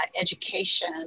education